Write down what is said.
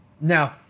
No